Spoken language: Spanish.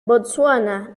botsuana